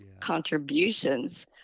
contributions